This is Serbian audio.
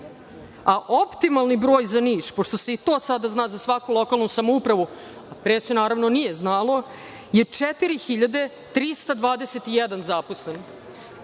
zaposlenih. Optimalni broj za Niš, pošto se i to sada zna za svaku lokalnu samoupravu, a pre se naravno nije znalo, je 4.321 zaposlen.